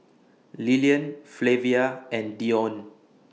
Lilian Flavia and Dione